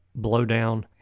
blowdown